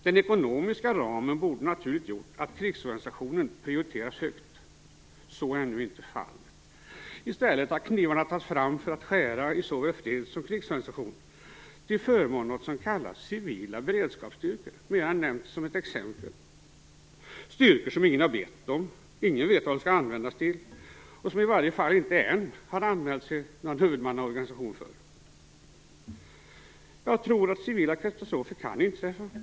Den ekonomiska ramen borde naturligt ha gjort att krigsorgansationen prioriterats högt. Så är nu inte fallet. I stället har knivarna tagits fram för att skära i såväl freds som krigsorganisation, till förmån för något som kallas civila beredskapsstyrkor. Det har nämnts som ett exempel. Det är styrkor som ingen har bett om, som ingen vet vad de skall användas till och som det ännu inte har anmälts någon huvudmannaorganisation för. Civila katastrofer kan inträffa.